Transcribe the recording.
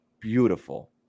beautiful